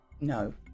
no